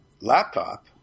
laptop